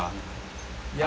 ya